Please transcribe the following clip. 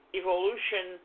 evolution